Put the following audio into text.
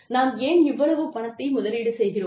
நாம் ஏன் இவ்வளவு பணத்தை முதலீடு செய்கிறோம்